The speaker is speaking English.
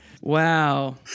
Wow